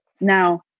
Now